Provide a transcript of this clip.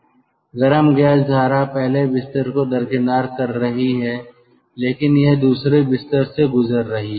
गर्म गैस धारा पहले बिस्तर को दरकिनार कर रही है लेकिन यह दूसरे बिस्तर से गुजर रही है